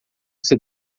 você